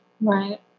Right